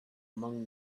among